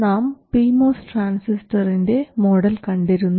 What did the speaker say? നാം P MOS ട്രാൻസിസ്റ്ററിൻറെ model കണ്ടിരുന്നു